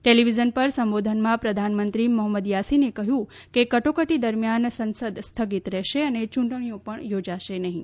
television પર સંબોધનમાં પ્રધાનમંત્રી મોહમદ યાસીને કહ્યું કે કટોકટી દરમિયાન સંસદ સ્થગિત રહેશે અને યૂંટણીઓ પણ યોજાશે નહીં